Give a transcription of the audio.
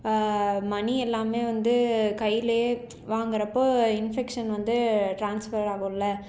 money எல்லாமே வந்து கையிலேயே வாங்குறப்போ இன்ஃபெக்ஷன் வந்து டிரான்ஸ்ஃபர் ஆகும்ல